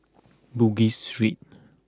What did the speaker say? Bugis Street